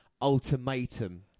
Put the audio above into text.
ultimatum